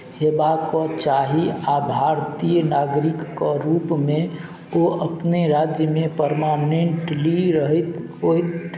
हेबाक चाही आ भारतीय नागरिकके रूपमे ओ अपने राज्यमे परमानेन्टली रहैत होथि